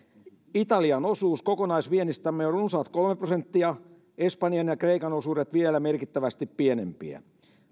italian osuus kokonaisviennistämme on runsaat kolme prosenttia espanjan ja kreikan osuudet vielä merkittävästi pienempiä